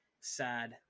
Sad